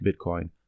Bitcoin